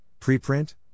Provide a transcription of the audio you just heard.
preprint